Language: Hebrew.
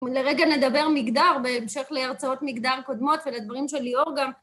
לרגע נדבר מגדר בהמשך להרצאות מגדר קודמות ולדברים של ליאור גם